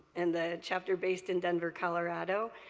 and the chapter based in denver, colorado.